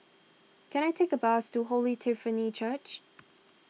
can I take a bus to Holy Trinity Church